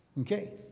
Okay